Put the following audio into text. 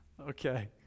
Okay